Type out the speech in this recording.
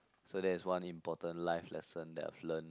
so there is one important life lesson that I've learnt